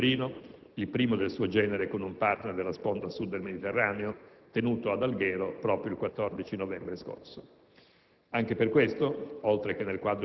Si segnala altresì che l'Algeria ha recentemente preso parte all'iniziativa della NATO per la lotta contro il terrorismo denominata *Active Endeavour*.